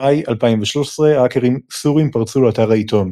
במאי 2013 האקרים סורים פרצו לאתר העיתון.